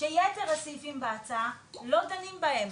שיתר הסעיפים בהצעה, לא דנים בהם.